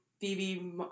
Phoebe